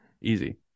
Easy